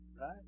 Right